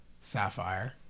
Sapphire